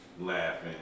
laughing